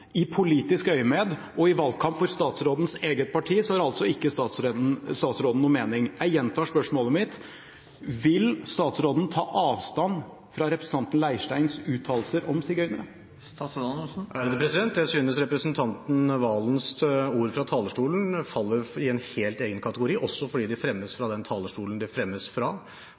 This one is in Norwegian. i politisk øyemed og i valgkamp for statsrådens eget parti, har altså ikke statsråden noen mening. Jeg gjentar spørsmålet mitt: Vil statsråden ta avstand fra representanten Leirsteins uttalelser om sigøynere? Jeg synes representanten Serigstad Valens ord fra talerstolen faller i en helt egen kategori, også fordi de fremmes